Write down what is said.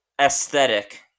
aesthetic